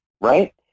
right